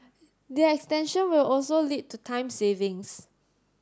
the extension will also lead to time savings